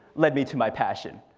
led me to my passion.